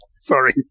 sorry